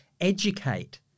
educate